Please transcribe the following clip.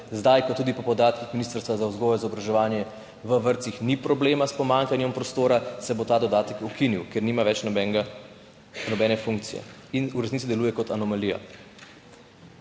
Zdaj, ko tudi po podatkih Ministrstva za vzgojo in izobraževanje v vrtcih ni problema s pomanjkanjem prostora, se bo ta dodatek ukinil, ker nima več nobene funkcije in v resnici deluje kot anomalija.